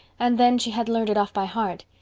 and then she had learned it off by heart.